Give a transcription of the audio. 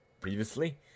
previously